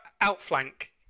Outflank